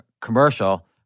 commercial